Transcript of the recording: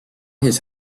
his